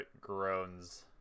groans